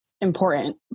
important